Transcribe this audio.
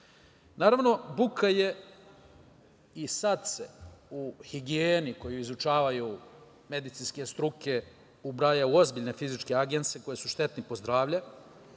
buka je i sada se u higijeni koju izučavaju medicinske struke, ubraja u ozbiljne fizičke agense koji su štetni po zdravlje,